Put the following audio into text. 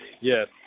yes